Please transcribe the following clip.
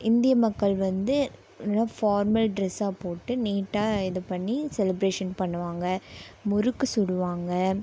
இந்திய மக்கள் வந்து நல்ல ஃபார்மல் ட்ரெஸாக போட்டு நீட்டாக இது பண்ணி ஷெலிபிரேஷன் பண்ணுவாங்க முறுக்கு சுடுவாங்க